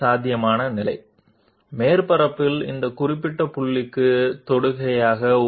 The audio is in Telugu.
కాబట్టి ఈ విధంగా మనం నార్మల్ని గీస్తే ఇది పాయింట్ అవుతుంది ఇక్కడ త్వరగా డ్రాయింగ్ చేద్దాం